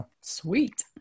Sweet